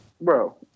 bro